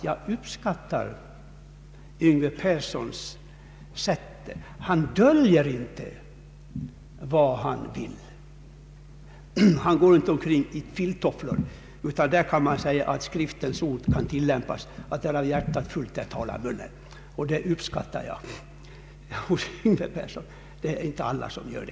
Jag uppskattar Yngve Perssons sätt; han döljer inte vad han vill. Han går inte omkring i filttofflor, utan man kan på honom tilllämpa Skriftens ord, att varav hjärtat är fullt, därav talar munnen. Det kan man inte säga om alla.